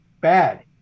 Bad